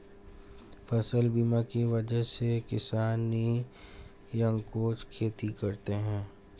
फसल बीमा की वजह से किसान निःसंकोच खेती करते हैं